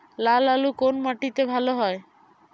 লাল আলু কোন মাটিতে ভালো হয়?